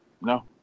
No